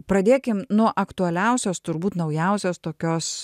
pradėkim nuo aktualiausios turbūt naujausios tokios